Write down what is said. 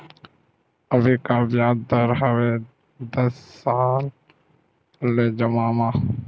अभी का ब्याज दर हवे दस साल ले जमा मा?